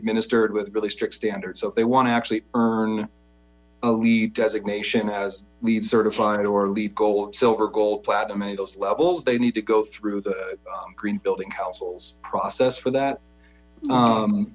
administered with really strict standards so if they want to actually earn a lead designation as leed certified or leed gold silver gold platinum any those levels they need to go through green building council's process for that